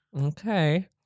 Okay